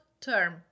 term